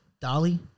Dolly